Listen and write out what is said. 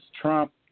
Trump